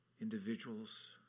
individuals